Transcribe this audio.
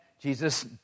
Jesus